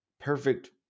perfect